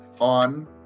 on